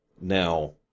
Now